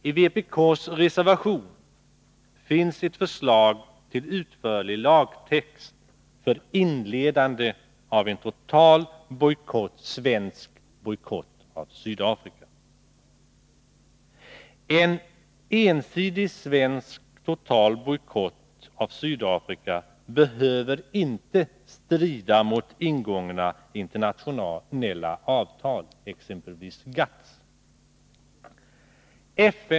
I vpk:s reservation finns ett förslag till utförlig lagtext för inledande av en total svensk bojkott mot Sydafrika. En ensidig svensk total bojkott mot Sydafrika behöver inte strida mot ingångna internationella avtal, exempelvis GATT:-avtalet.